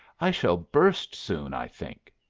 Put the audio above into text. i shall burst soon, i think.